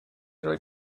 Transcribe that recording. roi